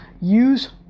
Use